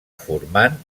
formant